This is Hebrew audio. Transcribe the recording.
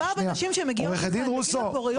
עורכת דין מיטל רוסו.